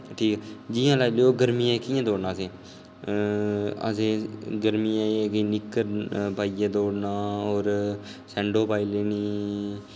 ठीक ऐ जि'यां लाई लैओ गर्मियें च कि'यां दौड़ना असें गर्मियें च निक्कर पाइयै दौड़ना होर सैंडो पाई लैनी